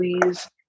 please